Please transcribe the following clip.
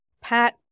Pat